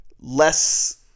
less